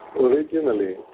Originally